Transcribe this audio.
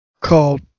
called